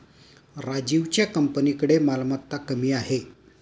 राजीवच्या कंपनीकडे मालमत्ता कमी आहे